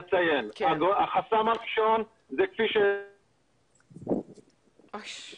החסם הראשון הוא מחסור בתקן לרופא הווטרינר הרשותי.